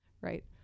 right